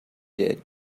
did